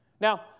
Now